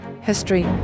history